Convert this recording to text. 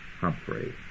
Humphrey